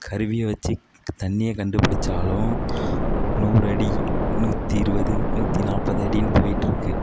கருவியை வச்சு தண்ணியை கண்டுப்பிடுச்சாலும் நூறு அடி நூற்றி இருபது நூற்றி நாற்பது அடின்னு போயிட்டிருக்கு